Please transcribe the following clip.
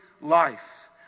life